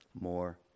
more